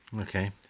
Okay